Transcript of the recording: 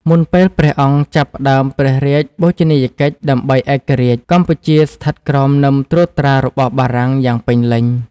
មុនពេលព្រះអង្គចាប់ផ្ដើមព្រះរាជបូជនីយកិច្ចដើម្បីឯករាជ្យ កម្ពុជាស្ថិតក្រោមនឹមត្រួតត្រារបស់បារាំងយ៉ាងពេញលេញ។